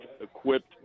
equipped